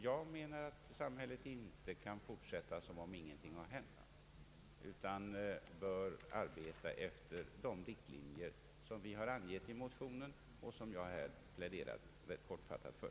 Jag menar att samhället inte kan fortsätta som om ingenting har hänt utan bör arbeta efter de riktlinjer som vi har angett i motionen och som jag här har pläderat rätt kortfattat för.